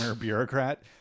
bureaucrat